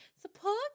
support